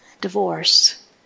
divorce